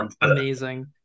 amazing